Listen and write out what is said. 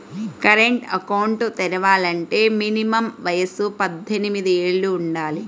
current account తెరవాలంటే minimum వయసు పద్దెనిమిది యేళ్ళు వుండాలి